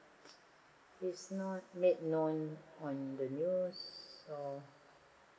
it's not made known on the news or